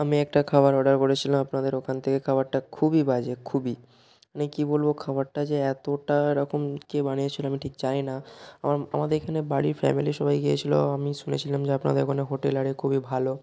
আমি একটা খাবার অর্ডার করেছিলাম আপনাদের ওখান থেকে খাবারটা খুবই বাজে খুবই মানে কী বলবো খাবারটা যে এতোটা এরকম কে বানিয়েছিলো আমি ঠিক জানি না আমার আমাদের এখানে বাড়ির ফ্যামিলি সবাই গিয়েছিলো আমি শুনেছিলাম যে আপনাদের ওখানে হোটেল আর এ খুবই ভালো